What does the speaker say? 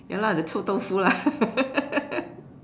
ya lah the 臭豆腐 lah